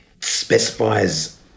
specifies